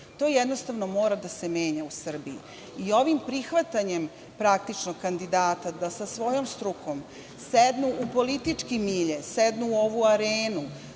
To, jednostavno, mora da se menja u Srbiji. Ovim prihvatanjem kandidata da sa svojom strukom sednu u politički milje, sednu u ovu arenu,